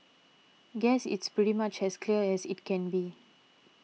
guess it's pretty much as clear as it can be